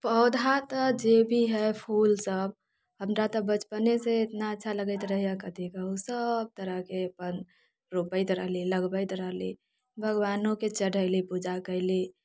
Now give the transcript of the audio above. पौधा तऽ जे भी हय फूल सब हमरा तऽ बचपने से इतना अच्छा लगैत रहैया कथी कहू सब तरहके अपन रोपैत रहली लगबैत रहली भगवानोके चढ़ैली पूजा कयली